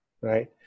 Right